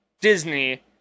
Disney